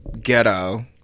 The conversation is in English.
ghetto